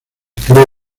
crema